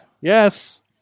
Yes